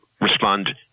respond